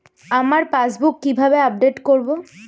আমার পাসবুক কিভাবে আপডেট করবো?